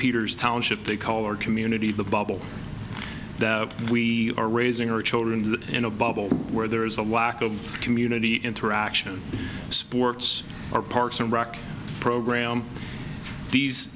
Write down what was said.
peter's township they call our community the bubble that we are raising our children that in a bubble where there is a lack of community interaction sports or parks and rec program these